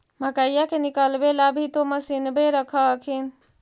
मकईया के निकलबे ला भी तो मसिनबे रख हखिन?